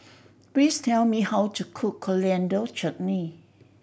please tell me how to cook Coriander Chutney